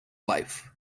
life